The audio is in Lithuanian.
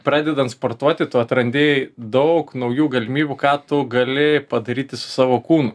pradedant sportuoti tu atrandi daug naujų galimybių ką tu gali padaryti su savo kūnu